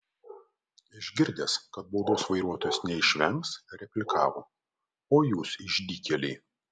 išgirdęs kad baudos vairuotojas neišvengs replikavo oi jūs išdykėliai